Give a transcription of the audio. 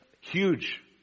huge